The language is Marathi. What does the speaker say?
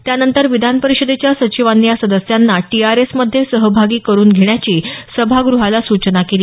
त्यानंतर विधानपरिषदेच्या सचिवांनी या सदस्यांना टीआरएसमध्ये सहभागी करून घेण्याची सभाग्रहाला सुचना केली